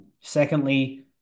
Secondly